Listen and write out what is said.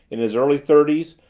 in his early thirties,